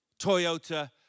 Toyota